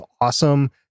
awesome